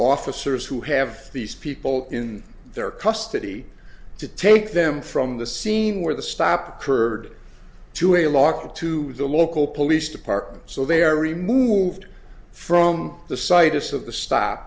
officers who have these people in their custody to take them from the scene where the stop curd to a lock to the local police department so they are removed from the situs of the sto